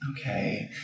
Okay